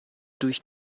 durch